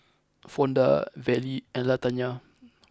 Fonda Vallie and Latanya